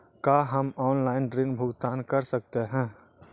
का हम आनलाइन ऋण भुगतान कर सकते हैं?